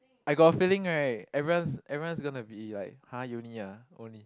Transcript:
I got a feeling right everyone's everyone's gonna to be like !huh! uni ah only